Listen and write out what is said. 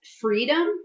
freedom